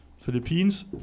Philippines